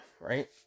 right